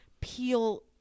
peel